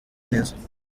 neza